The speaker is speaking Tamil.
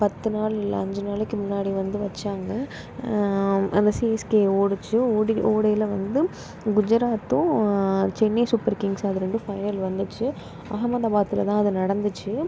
பத்து நாள் இல்லை அஞ்சு நாளைக்கு முன்னாடி வந்து வச்சாங்க அந்த சிஎஸ்கே ஓடுச்சு ஓடி ஓடையில வந்து குஜராத்தும் சென்னை சூப்பர் கிங்ஸ் அது ரெண்டும் பைனல் வந்துச்சு அஹமதாபாத்தில் தான் அது நடந்துச்சு